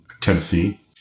Tennessee